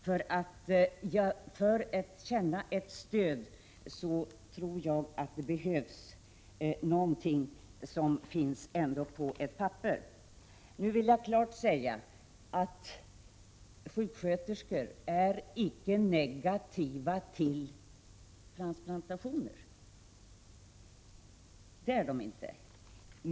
För att man skall kunna känna stöd anser jag att det behövs en föreskrift. Nu vill jag klart säga att sjuksköterskor inte är negativa till transplantationer.